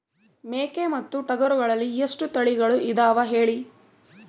ಮೇಕೆ ಮತ್ತು ಟಗರುಗಳಲ್ಲಿ ಎಷ್ಟು ತಳಿಗಳು ಇದಾವ ಹೇಳಿ?